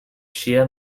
shia